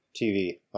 TV